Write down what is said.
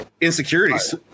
insecurities